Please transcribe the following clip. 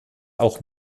auch